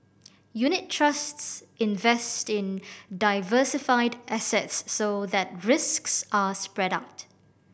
unit trusts invest in diversified assets so that risks are spread out